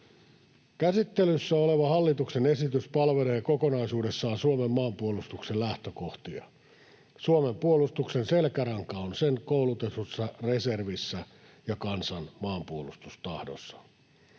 Käsittelyssä oleva hallituksen esitys palvelee kokonaisuudessaan Suomen maanpuolustuksen lähtökohtia. Suomen puolustuksen selkäranka on sen koulutetussa reservissä ja kansan maanpuolustustahdossa.